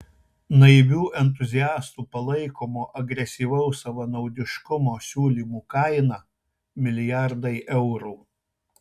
naivių entuziastų palaikomo agresyvaus savanaudiškumo siūlymų kaina milijardai eurų